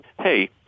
hey